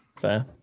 Fair